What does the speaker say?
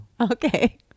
Okay